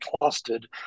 clustered